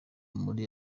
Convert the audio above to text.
muri